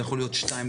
זה יכול להיות 2,